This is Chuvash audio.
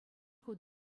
хут